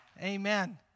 Amen